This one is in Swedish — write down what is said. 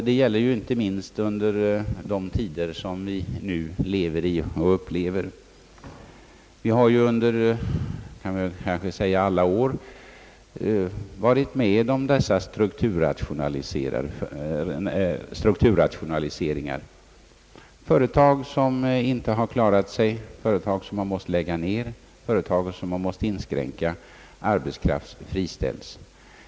Det gäller ju inte minst under sådana tider som dem vi nu upplever. Vi har i många år varit med om strukturrationaliseringar. Företag som inte har klarat sig har måst lägga ner driften eller inskränka den, och arbetskraft har friställts.